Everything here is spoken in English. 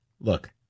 look